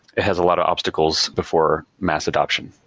it has a lot of obstacles before mass adoption.